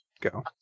go